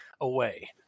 away